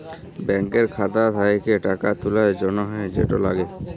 ব্যাংকের খাতা থ্যাকে টাকা তুলার জ্যনহে যেট লাগে